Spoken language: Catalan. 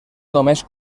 només